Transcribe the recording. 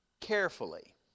carefully